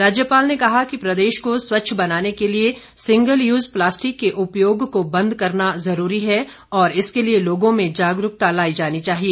राज्यपाल ने कहा कि प्रदेश को स्वच्छ बनाने के लिए सिंगल यूज प्लास्टिक के उपयोग को बंद करना जरूरी है और इसके लिए लोगों में जागरूकता लाई जानी चाहिए